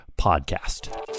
podcast